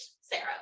sarah